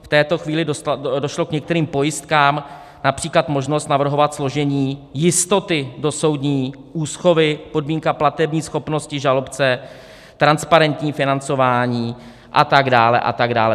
V této chvíli došlo k některým pojistkám, například možnost navrhovat složení jistoty do soudní úschovy, podmínka platební schopnosti žalobce, transparentní financování a tak dále, a tak dále.